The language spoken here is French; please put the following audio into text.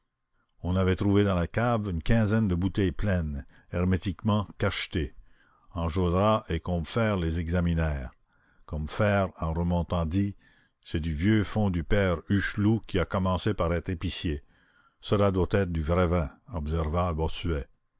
on avait trouvé dans la cave une quinzaine de bouteilles pleines hermétiquement cachetées enjolras et combeferre les examinèrent combeferre en remontant dit c'est du vieux fonds du père hucheloup qui a commencé par être épicier cela doit être du vrai vin observa bossuet